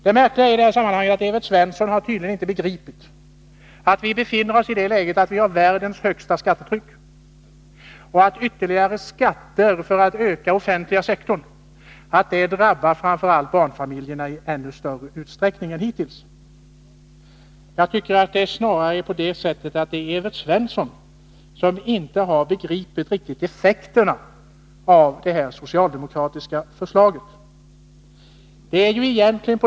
Det märkliga i detta sammanhang är att Evert Svensson tydligen inte har förstått att vi har världens högsta skattetryck och att ytterligare skatter för att öka den offentliga sektorn framför allt drabbar barnfamiljerna i ännu större utsträckning än hittills. Det är Evert Svensson som inte riktigt har begripit effekterna av detta socialdemokratiska förslag.